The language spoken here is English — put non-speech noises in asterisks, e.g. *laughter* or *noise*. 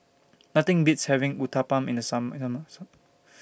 Nothing Beats having Uthapam in The Summer Summer *unintelligible*